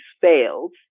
fails